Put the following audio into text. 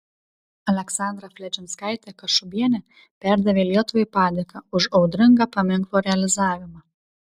aleksandra fledžinskaitė kašubienė perdavė lietuvai padėką už audringą paminklo realizavimą